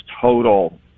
total